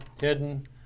hidden